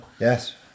Yes